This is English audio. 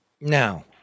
Now